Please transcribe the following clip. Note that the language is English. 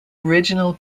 original